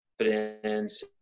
confidence